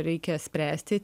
reikia spręsti